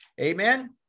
Amen